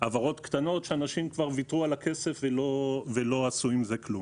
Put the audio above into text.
העברות קטנות שאנשים כבר ויתרו על הכסף ולא עשו עם זה כלום.